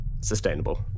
sustainable